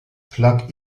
plug